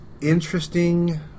interesting